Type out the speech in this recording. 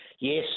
Yes